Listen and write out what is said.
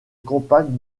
compacte